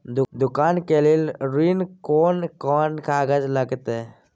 दुकान के लेल ऋण कोन कौन कागज लगतै?